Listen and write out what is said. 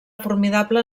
formidable